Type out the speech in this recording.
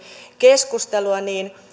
keskustelua